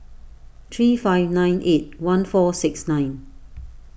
three five nine eight one four six nine